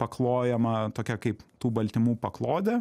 paklojama tokia kaip tų baltymų paklodė